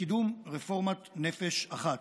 לקידום רפורמת "נפש אחת",